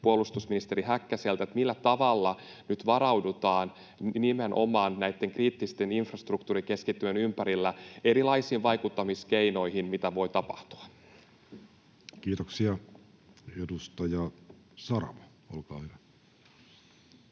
puolustusministeri Häkkäseltä: millä tavalla nyt varaudutaan nimenomaan näitten kriittisten infrastruktuurikeskittymien ympärillä erilaisiin vaikuttamiskeinoihin, siihen, mitä voi tapahtua? Kiitoksia. — Edustaja Saramo, olkaa hyvä.